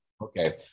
Okay